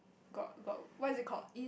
got got what is it called